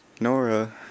Nora